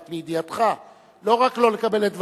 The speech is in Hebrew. רק לידיעתך: לא רק לא לקבל את ועדת-זמיר,